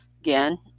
Again